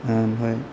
ओमफ्राय